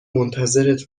منتظرت